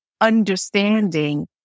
understanding